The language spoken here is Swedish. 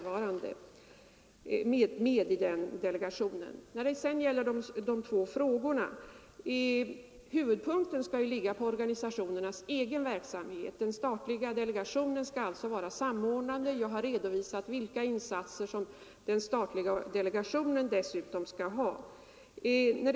Vad sedan beträffar de två frågor som herr Romanus ställde vill jag svara, att tyngdpunkten skall ligga på organisationens egen verksamhet. Den statliga delegationen skall alltså vara den samordnande. Jag har redovisat vilka insatser som den statliga delegationen dessutom skall göra.